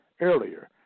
earlier